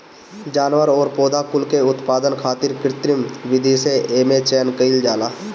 जानवर अउरी पौधा कुल के उत्पादन खातिर कृत्रिम विधि से एमे चयन कईल जाला